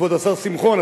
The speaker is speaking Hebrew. כבוד השר שמחון,